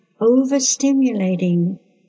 overstimulating